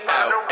out